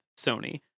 Sony